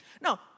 Now